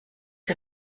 der